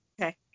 Okay